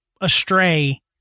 astray